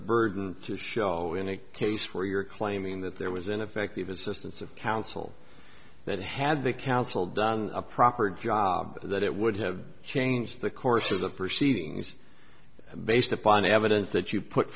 burden to show in a case where you're claiming that there was ineffective assistance of counsel that had the council done a proper job that it would have changed the course of the proceedings based upon evidence that you put